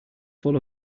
full